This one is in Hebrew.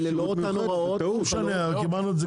לא משנה קיבלנו את זה